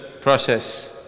process